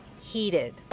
heated